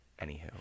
Anywho